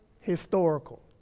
Historical